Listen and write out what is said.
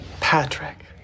Patrick